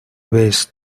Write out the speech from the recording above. vez